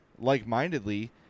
like-mindedly